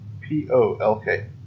P-O-L-K